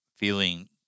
feeling